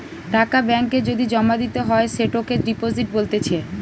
টাকা ব্যাঙ্ক এ যদি জমা দিতে হয় সেটোকে ডিপোজিট বলতিছে